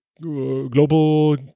global